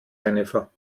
jennifer